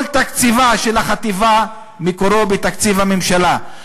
כל תקציבה של החטיבה מקורו בתקציב הממשלה,